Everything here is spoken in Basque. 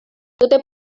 dute